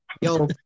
Yo